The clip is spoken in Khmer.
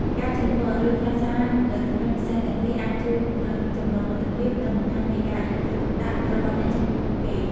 ការជូនពរ ឬផ្ញើសារនៅថ្ងៃពិសេសទាំងនេះអាចជួយពង្រឹងចំណងមិត្តភាព និងបង្ហាញពីការយកចិត្តទុកដាក់របស់អ្នកចំពោះពួកគេ។